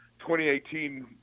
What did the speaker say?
2018